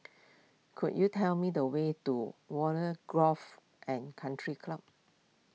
could you tell me the way to Warren Golf and Country Club